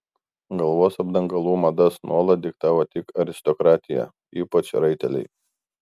galvos apdangalų madas nuolat diktavo tik aristokratija ypač raiteliai